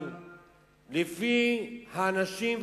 אבל לפי האנשים,